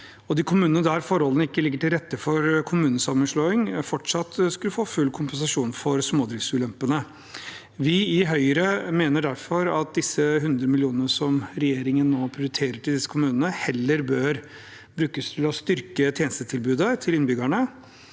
og de kommunene der forholdene ikke ligger til rette for kommunesammenslåing, skulle fortsatt få full kompensasjon for smådriftsulempene. Vi i Høyre mener derfor at disse 100 mill. kr som regjeringen nå prioriterer til disse kommunene, heller bør brukes til å styrke tjenestetilbudet til innbyggerne.